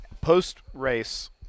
Post-race